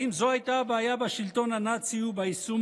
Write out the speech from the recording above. האם זו הייתה הבעיה בשלטון הנאצי וביישום